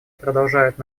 продолжают